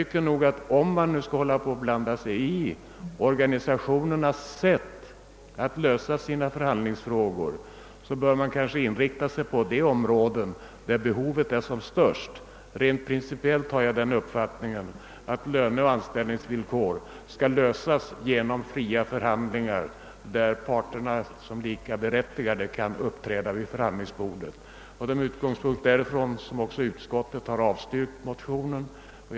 Om man skall blanda sig i organisationernas sätt att lösa sina förhandlings frågor, bör man nog inrikta sig på de områden där behoven är störst. Jag har den principiella uppfattningen att löneoch anställningsvillkor skall fastställas vid fria förhandlingar, där parterna kan uppträda som likaberättigade vid förhandlingsbordet. Det är också med utgångspunkt därifrån som utskottet har avstyrkt motionerna. Herr talman!